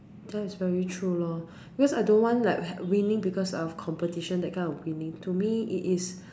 that's very true lor because I don't want like winning because of competition that kind of winning to me it is